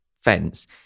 fence